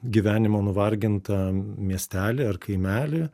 gyvenimo nuvargintą miestelį ar kaimelį